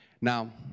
Now